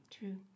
True